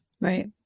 Right